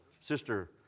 sister